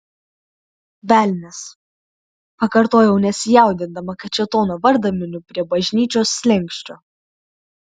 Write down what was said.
velnias pakartojau nesijaudindama kad šėtono vardą miniu prie bažnyčios slenksčio